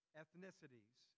ethnicities